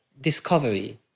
discovery